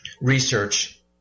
research